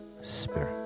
Spirit